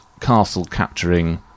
castle-capturing